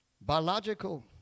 Biological